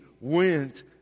went